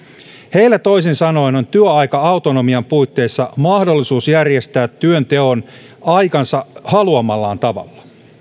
heillä toisin sanoen on työaika autonomian puitteissa mahdollisuus järjestää työnteon aikansa haluamallaan tavalla